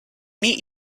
meet